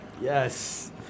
yes